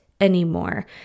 anymore